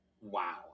Wow